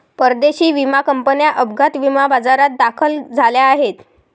परदेशी विमा कंपन्या अपघात विमा बाजारात दाखल झाल्या आहेत